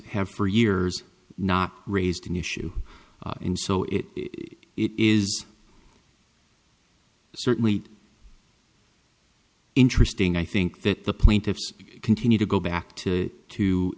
have for years not raised an issue and so it is certainly interesting i think that the plaintiffs continue to go back to two